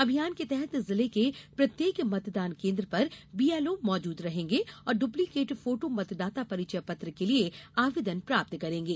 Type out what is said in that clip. अभियान के तहत जिले के प्रत्येक मतदान केन्द्र पर बीएलओ मौजूद रहेंगे और डुप्लीकेट फोटो मतदाता परिचय पत्र के लिए आवेदन प्राप्त करेंगे